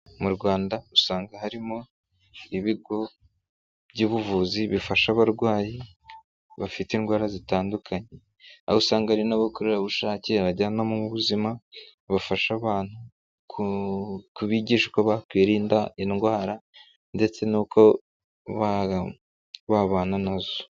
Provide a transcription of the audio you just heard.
Mu Rwanda usanga harimo ibigo by'ubuvuzi bifasha abarwayi bafite indwara zitandukanye aho usanga hari n'abakorerabushake, abajyana bu buzima bafasha abantu kubigishwa uko bakwirinda indwara ndetse n'uko babana nazo.